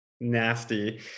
nasty